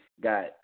got